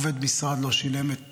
אף עובד משרד לא שילם את המחיר,